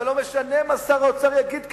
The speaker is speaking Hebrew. אבל לא משנה מה האוצר יגיד כאן,